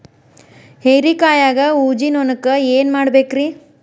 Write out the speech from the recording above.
ಹೇರಿಕಾಯಾಗ ಊಜಿ ನೋಣಕ್ಕ ಏನ್ ಮಾಡಬೇಕ್ರೇ?